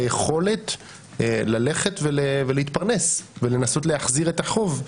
היכולת ללכת ולהתפרנס ולנסות להחזיר את החוב.